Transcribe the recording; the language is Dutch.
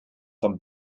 van